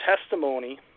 testimony